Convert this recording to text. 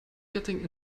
getting